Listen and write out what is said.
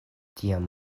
tiam